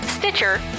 Stitcher